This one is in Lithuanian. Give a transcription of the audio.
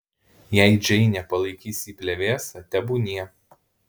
jei džeinė palaikys jį plevėsa tebūnie